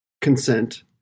consent